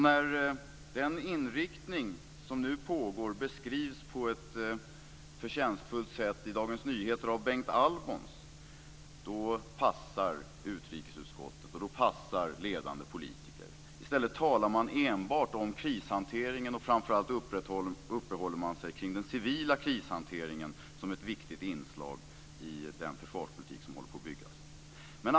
När den inriktning som nu pågår beskrivs på ett förtjänstfullt sätt i Dagens Nyheter av Bengt Albons passar utrikesutskottet och ledande politiker. I stället talar man enbart om krishantering. Framför allt uppehåller man sig kring den civila krishanteringen som ett viktigt inslag i den försvarspolitik som håller på att byggas.